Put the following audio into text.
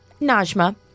Najma